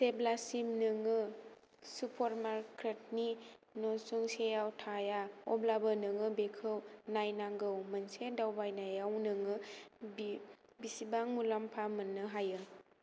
जेब्लासिम नोङो सुपरमार्केटनि न'सुंसेआव थाया अब्लाबो नोङो बेखौ नायनांगौ मोनसे दावबायनायाव नोङो बिसिबां मुलामफा मोननो हायो